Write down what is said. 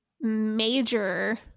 major